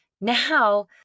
now